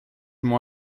m’ont